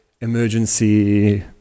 emergency